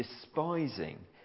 despising